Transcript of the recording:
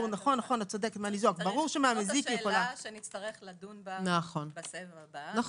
זו שאלה שנצטרך לדון בה בסבב הבא,